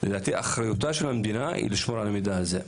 לדעתי אחריותה של המדינה היא לשמור על המידע הזה.